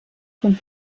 von